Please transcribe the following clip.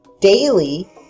Daily